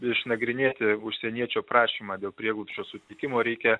išnagrinėti užsieniečio prašymą dėl prieglobsčio suteikimo reikia